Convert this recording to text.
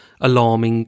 alarming